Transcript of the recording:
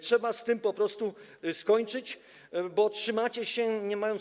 Trzeba z tym po prostu skończyć, bo trzymacie się, nie mając.